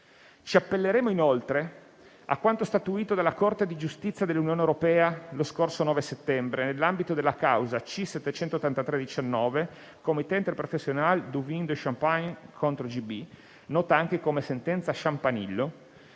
Ci appelleremo inoltre a quanto statuito dalla Corte di giustizia dell'Unione europea lo scorso 9 settembre nell'ambito della causa C-783/19 (Comité Interprofessionnel du Vin de Champagne/GB, nota anche come sentenza Champanillo),